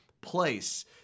place